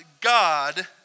God